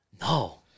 No